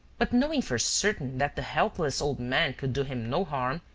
but knowing for certain that the helpless old man could do him no harm,